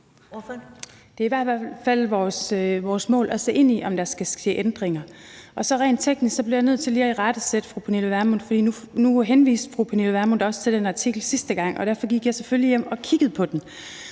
Det er i hvert fald vores mål at se ind i, om der skal ske ændringer. Rent teknisk bliver jeg nødt til lige at irettesætte fru Pernille Vermund, for nu henviste fru Pernille Vermund også til den artikel sidste gang, og derfor gik jeg selvfølgelig hjem og kiggede på den.